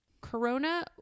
Corona